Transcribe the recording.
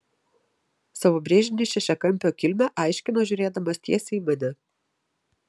savo brėžinį šešiakampio kilmę aiškino žiūrėdamas tiesiai į mane